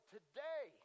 Today